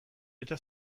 eta